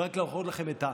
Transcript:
ורק להראות לכם את,